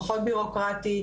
פחות בירוקרטי,